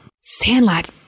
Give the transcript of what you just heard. Sandlot